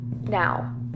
now